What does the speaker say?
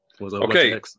Okay